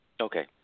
Okay